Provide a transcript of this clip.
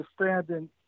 understanding